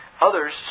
Others